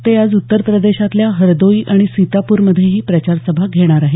ते आज उत्तर प्रदेशातल्या हरदोई आणि सीतापूरमधेही प्रचार सभा घेणार आहेत